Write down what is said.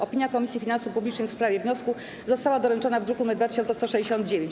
Opinia Komisji Finansów Publicznych w sprawie wniosku została doręczona w druku nr 2169.